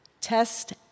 Test